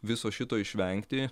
viso šito išvengti